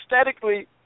Aesthetically